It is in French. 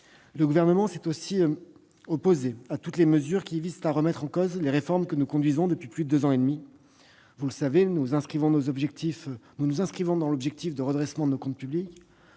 Le Gouvernement s'est aussi opposé à toutes les mesures qui visaient à remettre en cause les réformes que nous conduisons depuis plus de deux ans et demi. Vous le savez, nous avons un objectif de redressement de nos comptes publics.